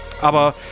aber